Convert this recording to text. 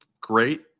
great